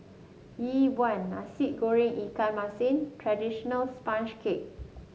Yi Bua Nasi Goreng Ikan Masin traditional sponge cake